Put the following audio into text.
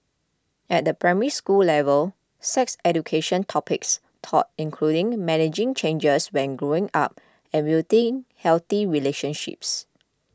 at the Primary School level sex education topics taught include managing changes when growing up and building healthy relationships